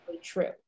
true